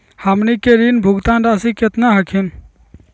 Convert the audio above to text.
हमनी के ऋण भुगतान रासी केतना हखिन?